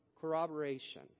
corroboration